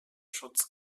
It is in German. schutz